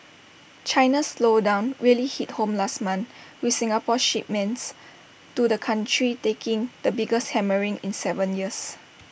China's slowdown really hit home last month with Singapore's shipments to the country taking the biggest hammering in Seven years